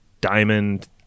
diamond